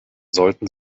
sollten